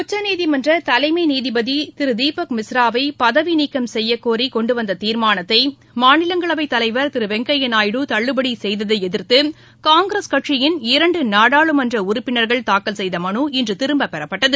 உச்சநீதிமன்ற தலைமை நீதிபதி திரு தீபக் மிஸ்ராவை பதவி நீக்கம் செய்யக்கோரி கொண்டுவந்த தீர்மானத்தை மாநிலங்களவைத் தலைவர் திரு வெங்கையா நாயுடு தள்ளுபடி செய்ததை எதிர்த்து காங்கிரஸ் கட்சியின் இரண்டு நாடாளுமன்ற உறுப்பினர்கள் தாக்கல் செய்த மனு இன்று திரும்பப்பெறப்பட்டது